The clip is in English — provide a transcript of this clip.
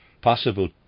possible